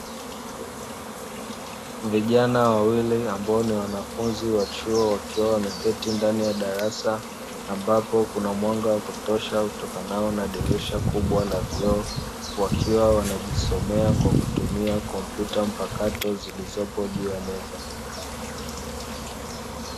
Vijana wawili ambao ni wanafunzi wa chuo wakiwa wameketi ndani ya darasa, ambapo kuna mwanga wa kutosha utokanao na dirisha kubwa la vioo, wakiwa wanajisomea kwa kutumia kompyuta mpakato zilipo juu ya meza.